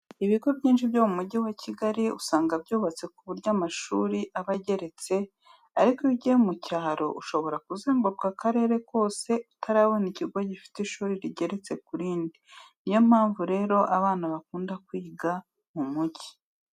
Ibigo byinshi byo mu Mujyi wa Kigali usanga byubatse ku buryo amashuri aba ageretse, ariko iyo ugiye mu cyaro ushobora kuzenguruka akarere kose utarabona ikigo gifite ishuri rigeretse ku rindi. Ni yo mpamvu rero abana bakunda kwiga mu mujyi.